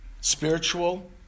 spiritual